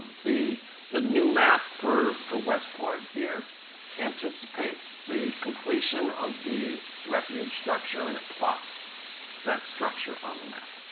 the the new map for for westport here anticipates the completion of the refuge structure, and it plots that structure on the map.